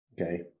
Okay